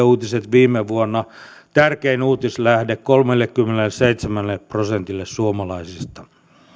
uutiset viime vuonna tärkein uutislähde kolmellekymmenelleseitsemälle prosentille suomalaisista